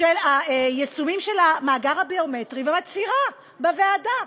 של היישומים של המאגר הביומטרי ומצהירה בוועדה,